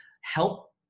help